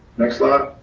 next slide.